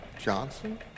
Johnson